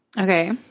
Okay